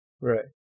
Right